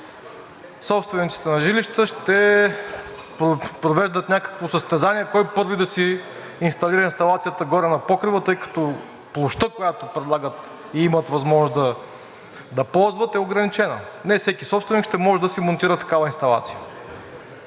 Собствениците на жилища ще провеждат някакво състезание кой първи да си инсталира инсталацията горе на покрива, тъй като площта, която предлагат и имат възможност да ползват е ограничена и не всеки собственик ще може да си монтира такава инсталация.